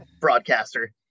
broadcaster